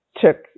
took